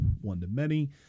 one-to-many